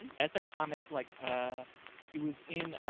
and as a comic. like ah it was in